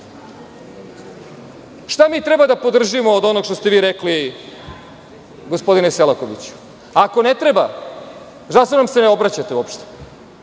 mi treba da podržimo od onog što ste vi rekli, gospodine Selakoviću? Ako ne treba, zašto nam se ne obraćate uopšte?